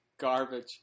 Garbage